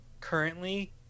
currently